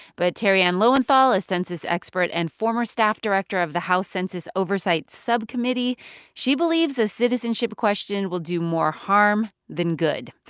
but terri ann lowenthal, as census expert and former staff director of the house census oversight oversight subcommittee she believes the citizenship question will do more harm than good.